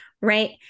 Right